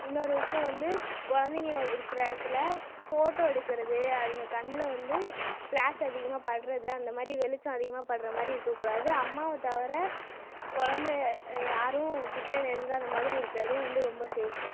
இன்னொரு விஷயம் வந்து குழந்தைங்க இருக்கிற இடத்தில் போட்டோ எடுக்கிறது அதுங்க கண்ணில் வந்து ஃபிளாஷ் அதிகமாக படுறது அந்த மாதிரி வெளிச்சம் அதிகமாக படுற மாதிரி இருக்க கூடாது அம்மாவை தவிர குழந்தைய யாரும் கிட்ட நெருங்காத மாதிரி இருக்குறதே வந்து ரொம்ப சேஃப்பு